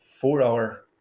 four-hour